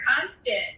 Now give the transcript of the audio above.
constant